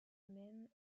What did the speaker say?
maine